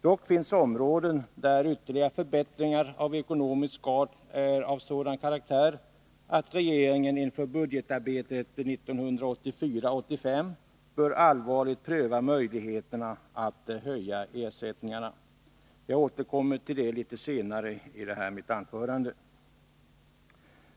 Dock finns det områden där ytterligare förbättringar av ekonomisk art är av sådan karaktär att regeringen inför budgetarbetet 1984/85 allvarligt bör pröva möjligheterna att höja ersättningarna. Jag återkommer till det litet senare i detta anförande.